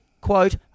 quote